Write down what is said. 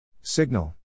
Signal